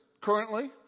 Currently